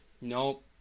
Nope